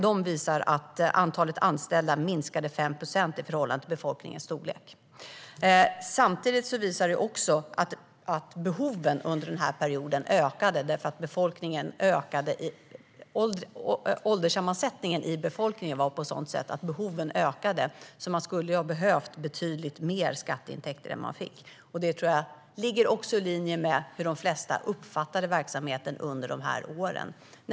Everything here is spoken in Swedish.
De visar att antalet anställda minskade med 5 procent i förhållande till befolkningens storlek. Samtidigt visar det sig att behoven under den här perioden ökade. Ålderssammansättningen i befolkningen var nämligen på ett sådant sätt att behoven ökade. Man skulle alltså ha behövt betydligt mer skatteintäkter än vad man fick. Detta tror jag ligger i linje med hur de flesta uppfattade verksamheten under dessa år.